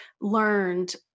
learned